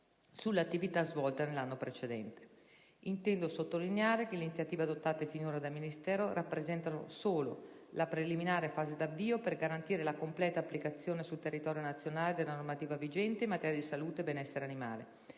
sull'attività svolta nell'anno precedente. Intendo sottolineare che le iniziative adottate finora dal Ministero rappresentano solo la preliminare fase d'avvio per garantire la completa applicazione sul territorio nazionale della normativa vigente in materia di salute e benessere animale,